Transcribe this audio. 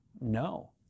no